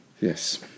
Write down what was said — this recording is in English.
Yes